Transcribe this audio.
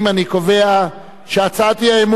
אני קובע שהצעת האי-אמון